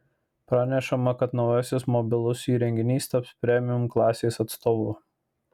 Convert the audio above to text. pranešama kad naujasis mobilus įrenginys taps premium klasės atstovu